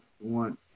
One